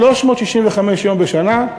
365 יום בשנה,